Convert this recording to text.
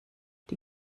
die